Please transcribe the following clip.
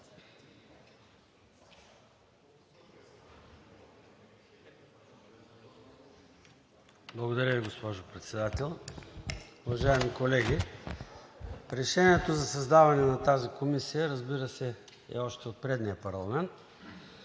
Благодаря Ви, госпожо Председател. Уважаеми колеги! Решението за създаване на тази комисия, разбира се, е още от предния парламент.